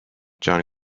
john